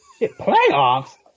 Playoffs